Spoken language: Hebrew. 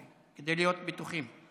כדי להיות בטוחים.